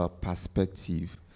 perspective